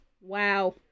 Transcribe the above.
Wow